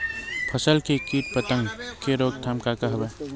फसल के कीट पतंग के रोकथाम का का हवय?